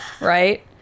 Right